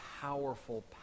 powerful